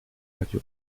radio